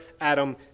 Adam